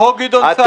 חוק גדעון סער.